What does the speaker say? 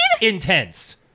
Intense